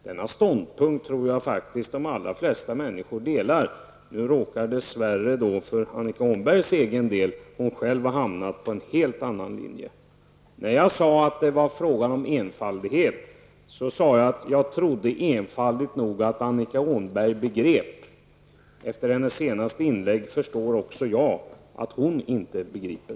Denna ståndpunkt tror jag faktiskt de allra flesta människor delar. Nu råkar Annika Åhnberg dess värre för egen del ha hamnat på en helt annan linje. När jag sade att det var fråga om enfald menade jag att jag enfaldigt nog trodde att Annika Åhnberg begrep. Efter hennes senaste inlägg förstår också jag att hon inte begriper.